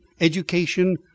education